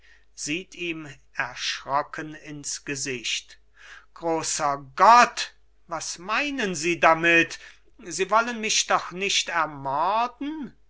sieht ihm erschrocken ins gesicht großer gott was meinen sie damit sie wollen mich doch nicht ermorden